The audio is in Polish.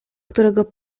którego